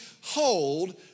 hold